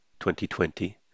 2020